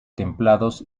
templados